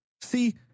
See